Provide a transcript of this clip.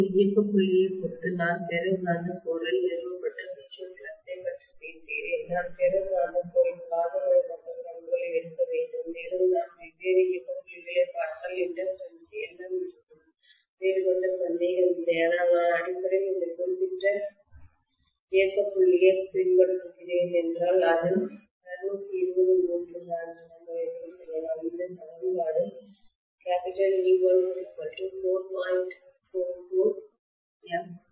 இப்போது இயக்க புள்ளியைப் பொறுத்து நான் ஃபெரோ காந்த கோரில் நிறுவப்பட்ட மீட்ச்சுவல் ஃப்ளக்ஸ் ஐப் பற்றி பேசுகிறேன் நான் ஃபெரோ காந்த கோரின் காந்தமயமாக்கல் பண்புகளை எடுக்க வேண்டும் மேலும் நான் வெவ்வேறு இயக்க புள்ளிகளைப் பார்த்தால் இண்டக்டன்ஸ் Lm இருக்கும் வேறுபட்ட சந்தேகம் இல்லை ஆனால் நான் அடிப்படையில் இந்த குறிப்பிட்ட இயக்க புள்ளியைப் பின்பற்றுகிறேன் என்றால் அது 220V டிரன்ஸ்பாமர்என்று சொல்லலாம் இந்த சமன்பாடு E1 4